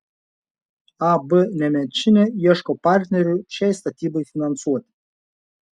ab nemenčinė ieško partnerių šiai statybai finansuoti